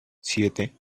siete